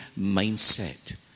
mindset